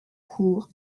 cour